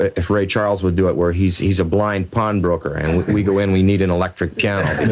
ah if ray charles would do it where he's he's a blind pawnbroker and we go in. we need an electric piano,